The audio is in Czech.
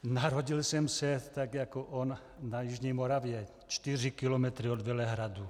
Narodil jsem se tak jako on na Jižní Moravě, čtyři kilometry od Velehradu.